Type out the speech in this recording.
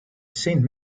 saint